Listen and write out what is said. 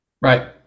Right